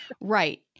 Right